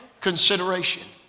Consideration